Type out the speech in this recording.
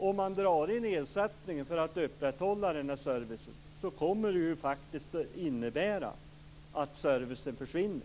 Om man drar in ersättningen för att upprätthålla postservicen kommer det faktiskt att innebära att servicen försvinner.